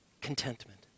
Contentment